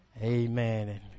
Amen